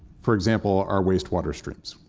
for example, our waste water streams.